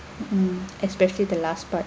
um especially the last part